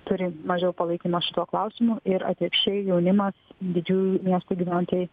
turi mažiau palaikymo šituo klausimu ir atvirkščiai jaunimas didžiųjų miestų gyventojai